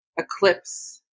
eclipse